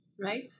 right